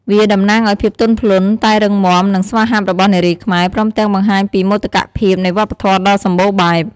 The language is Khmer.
វាតំណាងឱ្យភាពទន់ភ្លន់ តែរឹងមាំ និងស្វាហាប់របស់នារីខ្មែរ ព្រមទាំងបង្ហាញពីមោទកភាពនៃវប្បធម៌ដ៏សម្បូរបែប។